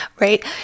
Right